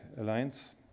alliance